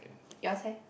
yours have